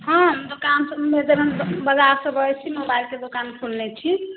हँ हम दोकानसँ मेजरगंज बजारसँ बजैत छी मोबाइलके दोकान खोलने छी